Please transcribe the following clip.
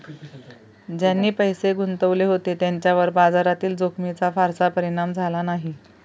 ज्यांनी पैसे गुंतवले होते त्यांच्यावर बाजारातील जोखमीचा फारसा परिणाम झाला नाही